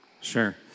Sure